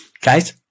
Guys